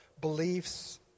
beliefs